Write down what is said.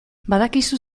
badakizu